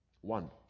One